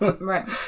right